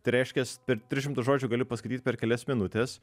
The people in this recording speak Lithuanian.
tai reiškias per tris šimtus žodžių galiu paskaityt per kelias minutes